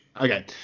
okay